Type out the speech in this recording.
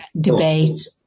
debate